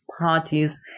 parties